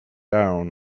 down